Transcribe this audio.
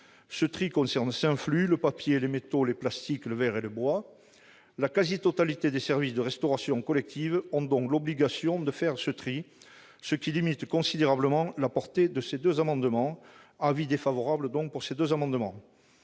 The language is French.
Ce tri concerne aussi le papier, les métaux, le plastique, le verre et le bois. La quasi-totalité des services de restauration collective a donc l'obligation de procéder à ce tri, ce qui limite considérablement la portée de ces deux amendements. La commission émet donc un avis défavorable